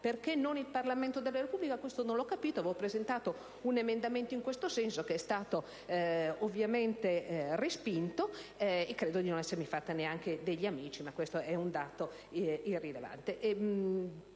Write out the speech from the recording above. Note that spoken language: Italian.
Perché non il Parlamento della Repubblica? Non l'ho capito e avevo presentato un emendamento in tal senso, che è stato ovviamente respinto, e credo di non essermi fatta neanche degli amici, ma si tratta di un dato irrilevante.